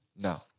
No